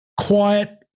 quiet